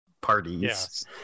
parties